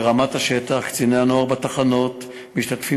ברמת השטח קציני הנוער בתחנות משתתפים